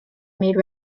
made